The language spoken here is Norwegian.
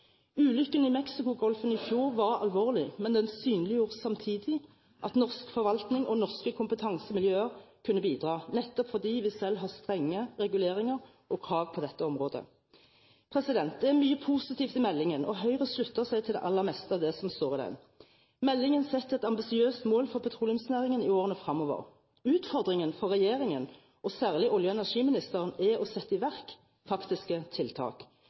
Ulykken i Mexicogolfen i fjor var alvorlig, men den synliggjorde samtidig at norsk forvaltning og norske kompetansemiljøer kunne bidra – nettopp fordi vi selv har strenge reguleringer og krav på dette området. Det er mye positivt i meldingen, og Høyre slutter seg til det aller meste av det som står i den. Meldingen setter et ambisiøst mål for petroleumsnæringen i årene fremover. Utfordringen for regjeringen – og særlig olje- og energiministeren – er å sette i verk faktiske tiltak.